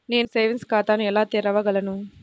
నేను సేవింగ్స్ ఖాతాను ఎలా తెరవగలను?